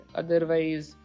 otherwise